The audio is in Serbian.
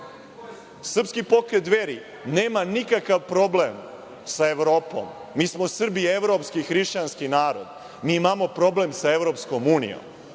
zemlje. Srpski pokret Dveri nema nikakav problem sa Evropom. Mi smo Srbi evropski, hrišćanski narod. Mi imamo problem sa Evropskom unijom.